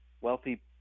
wealthy